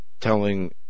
telling